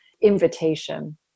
invitation